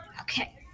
Okay